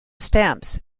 stamps